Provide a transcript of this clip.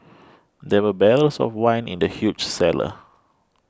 there were barrels of wine in the huge cellar